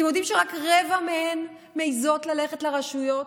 אתם יודעים שרק רבע מהן מעיזות ללכת לרשויות?